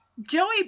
Joey